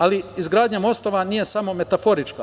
Ali, izgradnja mostova nije samo metaforička.